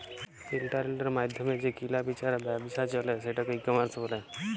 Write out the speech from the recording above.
ইলটারলেটের মাইধ্যমে যে কিলা বিচার ব্যাবছা চলে সেটকে ই কমার্স ব্যলে